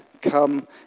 come